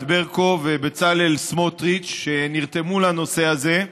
ברקו ובצלאל סמוטריץ שנרתמו לנושא הזה,